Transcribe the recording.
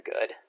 good